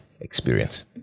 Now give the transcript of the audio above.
experience